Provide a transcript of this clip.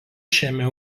šiame